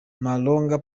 malonga